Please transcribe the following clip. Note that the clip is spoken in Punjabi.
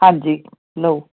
ਹਾਂਜੀ ਲਓ